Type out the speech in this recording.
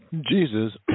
Jesus